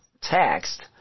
text